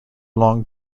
long